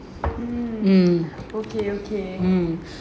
mm okay okay